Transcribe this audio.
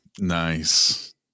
Nice